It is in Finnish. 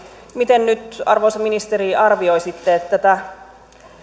miten nyt arvoisa ministeri arvioisitte tätä